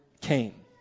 came